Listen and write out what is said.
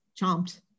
chomped